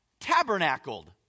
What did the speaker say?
tabernacled